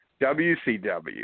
WCW